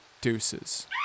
Deuces